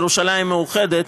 ירושלים המאוחדת,